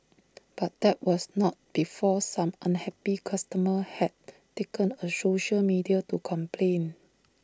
but that was not before some unhappy customers had taken A social media to complain